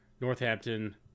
Northampton